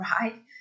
right